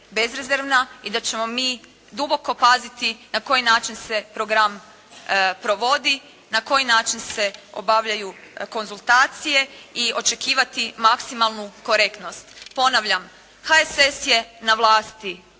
bezrezervna i da ćemo mi duboko paziti na koji način se program provodi, na koji način se obavljaju konzultacije i očekivati maksimalnu korektnost. Ponavljam. HSS je na vlasti